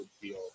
feel